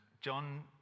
John